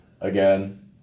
again